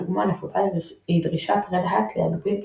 הדוגמה הנפוצה היא דרישת רד האט להגביל את